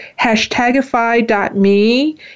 hashtagify.me